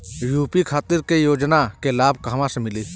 UP खातिर के योजना के लाभ कहवा से मिली?